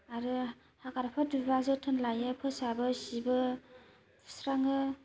आरो हाग्राफोर दुबा जोथोन लायो फोसाबो सिबो सुस्रांङो